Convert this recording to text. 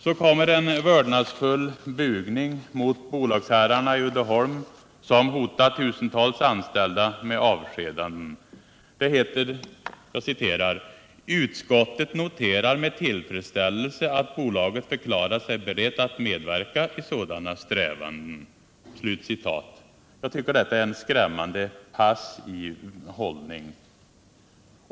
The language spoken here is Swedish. Så kommer en vördnadsfull bugning mot bolagsherrarna i Uddeholm, som hotar tusentals anställda med avskedanden. Det heter: ”Utskottet noterar med tillfredsställelse att bolaget förklarat sig berett att medverka i sådana strävanden.” Jag tycker detta är en skrämmande passiv hållning.